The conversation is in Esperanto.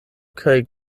kaj